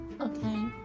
Okay